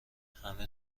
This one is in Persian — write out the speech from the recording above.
همه